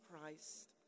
Christ